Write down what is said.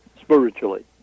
spiritually